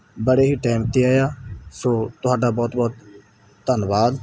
ਬੜੇ ਹੀ ਟਾਈਮ 'ਤੇ ਆਇਆ ਸੋ ਤੁਹਾਡਾ ਬਹੁਤ ਬਹੁਤ ਧੰਨਵਾਦ